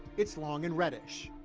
it's long and reddish.